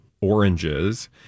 oranges